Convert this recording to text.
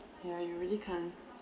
yeah you really can't